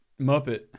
muppet